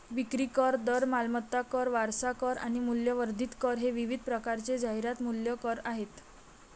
विक्री कर, दर, मालमत्ता कर, वारसा कर आणि मूल्यवर्धित कर हे विविध प्रकारचे जाहिरात मूल्य कर आहेत